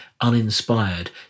uninspired